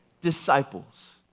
disciples